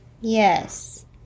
yes